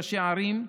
ראשי ערים,